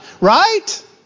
Right